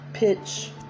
pitch